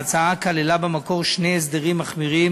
ההצעה כללה במקור שני הסדרים מחמירים